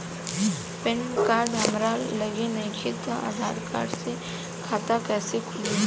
Pan card हमरा लगे नईखे त आधार कार्ड से खाता कैसे खुली?